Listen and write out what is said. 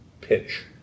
pitch